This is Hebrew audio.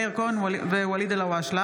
מאיר כהן וואליד אלהואשלה